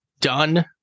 done